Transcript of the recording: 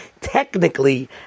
technically